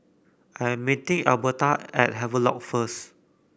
I am meeting Elberta at Havelock first